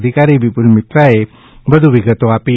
અધિકારી વિપુલ મિત્રાએ વધુ વિગતો આપી